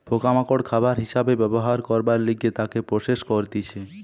পোকা মাকড় খাবার হিসাবে ব্যবহার করবার লিগে তাকে প্রসেস করতিছে